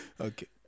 Okay